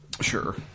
Sure